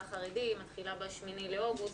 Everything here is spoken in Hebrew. במגזר החרדי מתחילה ב-8 לאוגוסט,